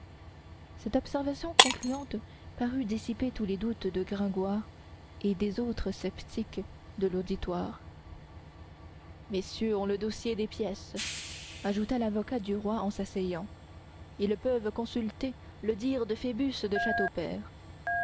cette observation concluante parut dissiper tous les doutes de gringoire et des autres sceptiques de l'auditoire messieurs ont le dossier des pièces ajouta l'avocat du loi en s'asseyant ils peuvent consulter le dire de phoebus de